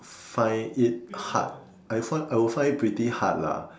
find it hard I find I would find it pretty hard lah